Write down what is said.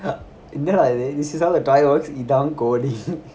என்னடாஇது:ennada edhu this is how a toy works இதான்:ethan coding